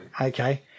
Okay